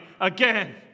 again